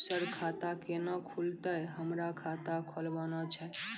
Sir खाता केना खुलतै, हमरा खाता खोलवाना छै?